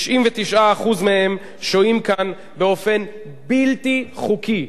99% מהם שוהים כאן באופן בלתי חוקי,